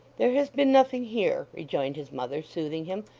there has been nothing here rejoined his mother, soothing him.